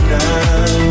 now